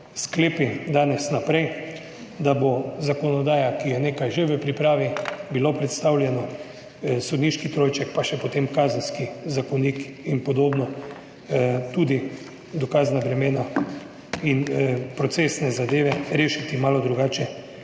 sklepi danes naprej, da bo zakonodaja, ki je nekaj že v pripravi, bilo predstavljeno, sodniški trojček pa še potem Kazenski zakonik in podobno tudi dokazna bremena in procesne zadeve rešiti malo drugače,